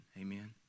Amen